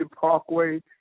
Parkway